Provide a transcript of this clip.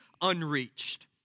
unreached